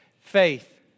faith